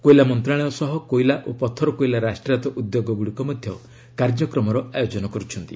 କୋଇଲା ମନ୍ତ୍ରଶାଳୟ ସହ କୋଇଲା ଓ ପଥର କୋଇଲା ରାଷ୍ଟ୍ରାୟତ ଉଦ୍ୟୋଗ ଗୁଡ଼ିକ ମଧ୍ୟ କାର୍ଯ୍ୟକ୍ରମର ଆୟୋଜନ କରୁଛନ୍ତି